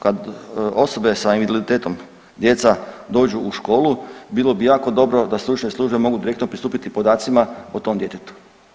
Kad osobe sa invaliditetom, djeca dođu u školu bilo bi jako dobro da stručne službe mogu direktno pristupiti podacima o tom djetetu.